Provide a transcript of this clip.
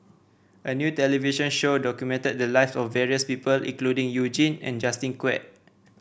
a new television show documented the lives of various people including You Jin and Justin Quek